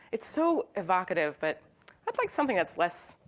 it's so evocative, but i'd like something that's less,